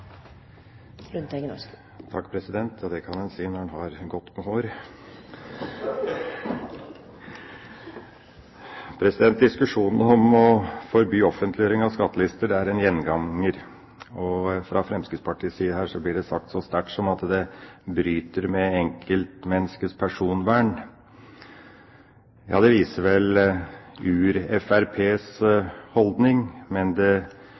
Ja, det kan en si når en har godt med hår! Diskusjonen om å forby offentliggjøring av skattelister er en gjenganger, og fra Fremskrittspartiets side her blir det sagt så sterkt som at det bryter med enkeltmenneskets personvern. Ja, det viser vel ur-FrPs holdning, men det